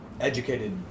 educated